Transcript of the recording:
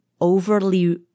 overly